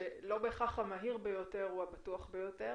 שלא בהכרח המהיר ביותר הוא הבטוח ביותר,